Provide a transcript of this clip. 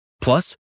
Plus